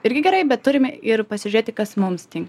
irgi gerai bet turime ir pasižiūrėti kas mums tin